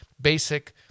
basic